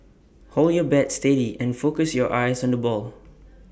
hold your bat steady and focus your eyes on the ball